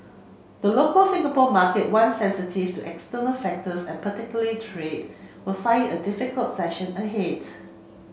the local Singapore market one sensitive to external factors and particularly trade would find it a difficult session